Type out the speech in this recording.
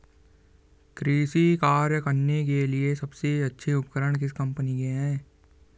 कृषि कार्य करने के लिए सबसे अच्छे उपकरण किस कंपनी के हैं?